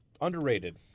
underrated